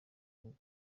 congo